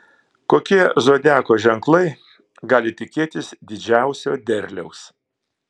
kokie zodiako ženklai gali tikėtis didžiausio derliaus